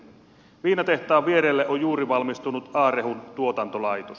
viinatehtaan vierelle on juuri valmistunut a rehun tuotantolaitos